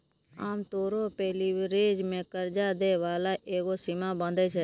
आमतौरो पे लीवरेज मे कर्जा दै बाला एगो सीमा बाँधै छै